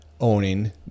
owning